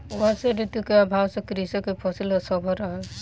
वर्षा ऋतू के अभाव सॅ कृषक के फसिल असफल रहल